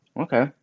Okay